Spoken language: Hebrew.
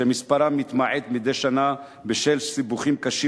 שמספרם מתמעט מדי שנה בשל סיבוכים קשים